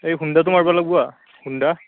এই হুন্দাটো মাৰবা লাগবো আ হুন্দা